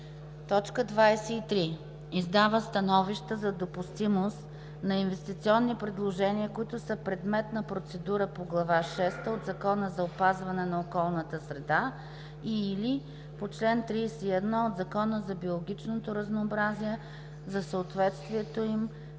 така: „23. издава становища за допустимост на инвестиционни предложения, които са предмет на процедура по Глава шеста от Закона за опазване на околната среда и/или по чл. 31 от Закона за биологичното разнообразие, за съответствието им